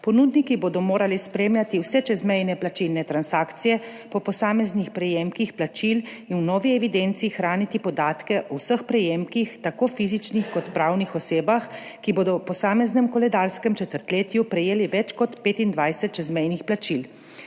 Ponudniki bodo morali spremljati vse čezmejne plačilne transakcije po posameznih prejemkih plačil in v novi evidenci hraniti podatke o vseh prejemkih, tako fizičnih kot pravnih oseb, ki bodo v posameznem koledarskem četrtletju prejeli več kot 25 čezmejnih plačil.